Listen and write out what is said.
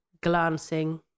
glancing